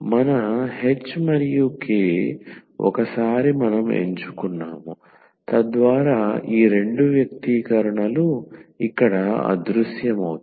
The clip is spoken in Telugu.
మన h మరియు k ఒకసారి మనం ఎంచుకున్నాము తద్వారా ఈ రెండు వ్యక్తీకరణలు ఇక్కడ అదృశ్యమవుతాయి